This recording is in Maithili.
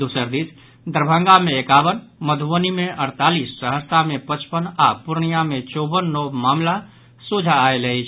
दोसर दिस दरभंगा मे एकावन मधुबनी मे अड़तालीस सहरसा मे पचपन आओर पूर्णिया मे चौवन नव मामिला सोझा आयल अछि